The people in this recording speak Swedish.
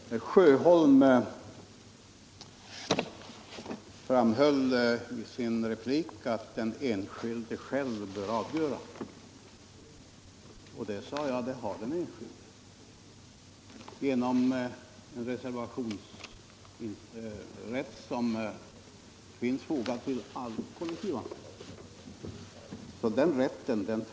Herr talman! Herr Sjöholm framhöll i sin replik att den enskilde själv bör få avgöra vilket parti han vill tillhöra. Men jag sade att den enskilde har den möjligheten genom en reservationsrätt som ingår i all kollektivanslutning.